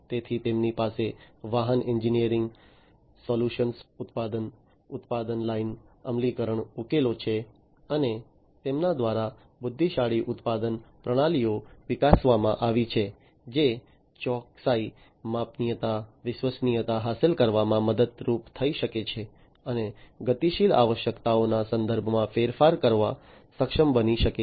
તેથી તેમની પાસે વાહન એન્જિનિયરિંગ સોલ્યુશન્સ ઉત્પાદન ઉત્પાદન લાઇન અમલીકરણ ઉકેલો છે અને તેમના દ્વારા બુદ્ધિશાળી ઉત્પાદન પ્રણાલીઓ વિકસાવવામાં આવી છે જે ચોકસાઈ માપનીયતા વિશ્વસનીયતા હાંસલ કરવામાં મદદરૂપ થઈ શકે છે અને ગતિશીલ આવશ્યકતાઓના સંદર્ભમાં ફેરફાર કરવા સક્ષમ બની શકે છે